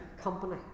company